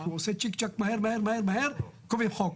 כי הוא עושה צ'יק צ'ק, מהר מהר מהר, קובעים חוק.